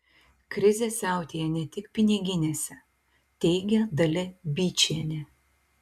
krizė siautėja ne tik piniginėse teigia dalia byčienė